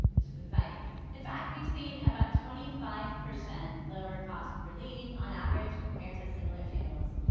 which is exciting. in fact, we've seen about twenty five percent lower cost-per-lead on average compared to similar channels,